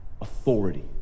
authority